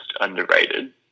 underrated